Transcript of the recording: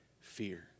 fear